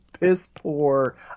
piss-poor